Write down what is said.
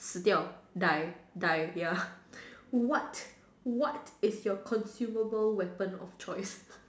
Si Diao die die ya what what is your consumable weapon of choice